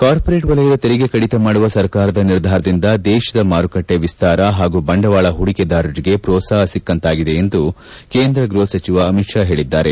corporate ವಲಯದ ತೆರಿಗೆ ಕಡಿತ ಮಾಡುವ ಸರ್ಕಾರದ ನಿರ್ಧಾರಿಂದ ದೇಶದ ಮಾರುಕಟ್ಟೆ ವಿಸ್ತಾರ ಪಾಗೂ ಬಂಡವಾಳ ಹೂಡಿಕೆದಾರರಿಗೆ ಪ್ರೋತ್ಸಾಪ ಸಿಕ್ಕಂತಾಗಿದೆ ಎಂದು ಕೇಂದ್ರ ಗೃಪ ಸಚಿವ ಅಮಿತ್ ಷಾ ಹೇಳಿದ್ದಾರೆ